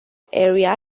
area